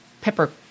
pepper